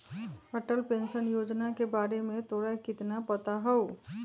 Atal pension Yojana के बारे में तोरा कितना पता हाउ?